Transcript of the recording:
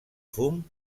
fum